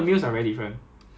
then still got what err